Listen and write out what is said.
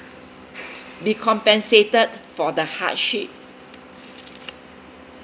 be compensated for the